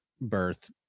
birth